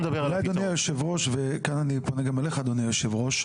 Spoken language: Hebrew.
אני פונה גם אליך אדוני היושב-ראש.